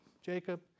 Jacob